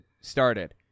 started